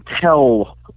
tell